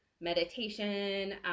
meditation